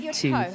two